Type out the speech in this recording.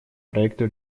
проекту